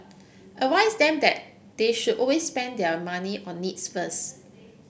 advise them that they should always spend their money on needs first